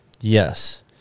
yes